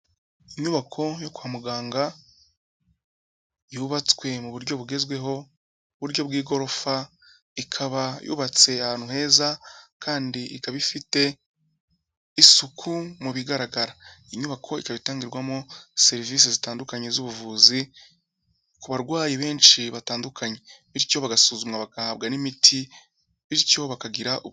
Inyubako yo kwa muganga yubatswe mu buryo bugezweho, uburyo bw'igorofa, ikaba yubatse ahantu heza, kandi ikaba ifite isuku mu bigaragara. Iyi nyubako ikaba itangirwamo serivisi zitandukanye z'ubuvuzi, ku barwayi benshi batandukanye, bityo bagasuzumwa bagahabwa n'imiti, bityo bakagira u...